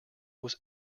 was